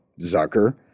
Zucker